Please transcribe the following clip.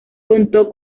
contó